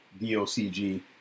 d-o-c-g